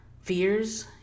fears